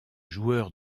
joueurs